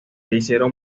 hicieron